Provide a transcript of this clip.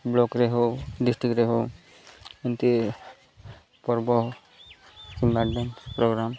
ବ୍ଲକ୍ରେ ହେଉ ଡ଼ିଷ୍ଟ୍ରିକ୍ରେ ହେଉ ଏମିତି ପର୍ବ କିମ୍ବା ଡ଼୍ୟାନ୍ସ ପ୍ରୋଗ୍ରାମ୍